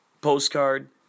postcard